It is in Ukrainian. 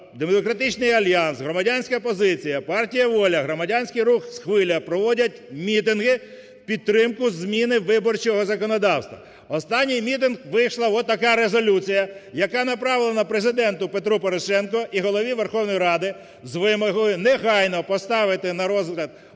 "Демократичний альянс", "Громадянська позиція", партія "Воля", громадянський рух "Хвиля" проводять мітинги в підтримку зміни виборчого законодавства. В останній мітинг вийшла отака резолюція, яка направлена Президенту Петру Порошенку і Голові Верховної Ради з вимогою негайно поставити на розгляд в Верховній